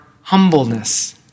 humbleness